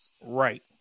Right